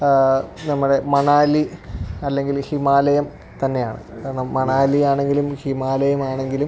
നമ്മുടെ മണാലി അല്ലെങ്കില് ഹിമാലയം തന്നെയാണ് കാരണം മണാലിയാണെങ്കിലും ഹിമാലയമാണെങ്കിലും